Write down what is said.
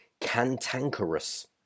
Cantankerous